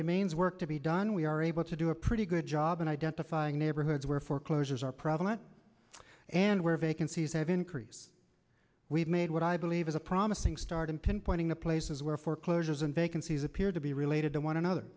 remains work to be done we are able to do a pretty good job in identifying neighborhoods where foreclosures are prevalent and where vacancies have increased we've made what i believe is a promising start and pinpointing the places where foreclosures and vacancies appear to be related to one another